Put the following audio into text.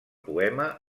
poema